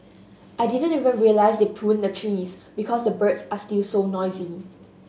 I didn't even realise they pruned the trees because the birds are still so noisy